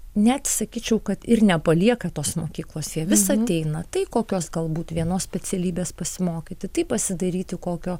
net sakyčiau kad ir nepalieka tos mokyklos jie vis ateina tai kokios galbūt vienos specialybės pasimokyti tai pasidairyti kokio